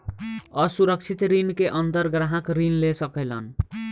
असुरक्षित ऋण के अंदर ग्राहक ऋण ले सकेलन